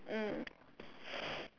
mm